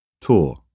Tour